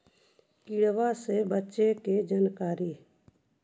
किड़बा से बचे के जानकारी?